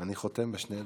אני חותם בשתי ידיים.